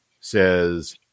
says